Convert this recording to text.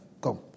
Come